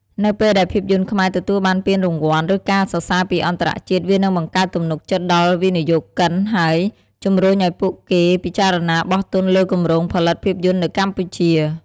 នៅពេលដែលភាពយន្តខ្មែរទទួលបានពានរង្វាន់ ឬការសរសើរពីអន្តរជាតិ វានឹងបង្កើតទំនុកចិត្តដល់វិនិយោគិន ហើយជំរុញឱ្យពួកគេពិចារណាបោះទុនលើគម្រោងផលិតភាពយន្តនៅកម្ពុជា។